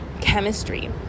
chemistry